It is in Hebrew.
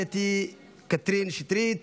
קטי קטרין שטרית,